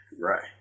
right